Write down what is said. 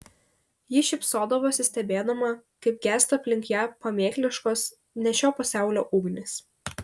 ji šypsodavosi stebėdama kaip gęsta aplink ją pamėkliškosios ne šio pasaulio ugnys